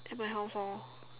at my house hor